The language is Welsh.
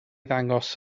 ddangos